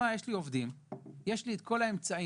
יש לי עובדים ויש לי את כל האמצעים,